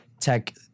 Tech